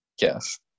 Yes